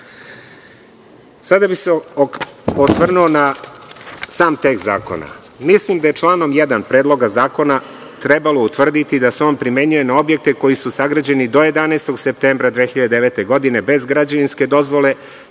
bih se osvrnuo na sam tekst zakona. Mislim da je članom 1. Predloga zakona trebalo utvrditi da se on primenjuje na objekte koji su sagrađeni do 11. septembra 2009. godine bez građevinske dozvole,